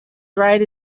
dried